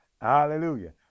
hallelujah